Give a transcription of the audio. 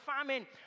famine